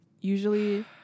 usually